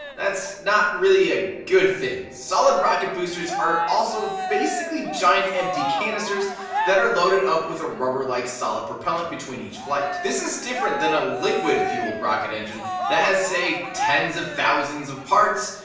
that's not really a good thing. solid rocket boosters are also basically giant empty canisters that are loaded up with a rubber like solid propellant between each flight. this is different than a liquid fueled rocket engine that has say tens of thousands of parts.